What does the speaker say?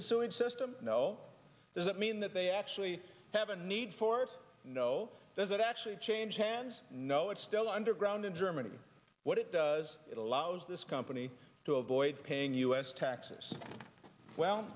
the sewage system no does that mean that they actually have a need for us no there's actually change hands know it's still underground in germany what it does it allows this company to avoid paying u s taxes well